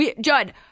Judd